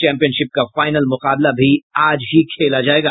championship का final मुकाबला भी आज ही खेला जायेगा